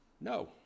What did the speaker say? No